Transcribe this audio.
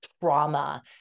trauma